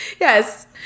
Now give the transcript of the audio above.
Yes